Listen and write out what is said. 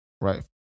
Right